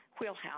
wheelhouse